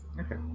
Okay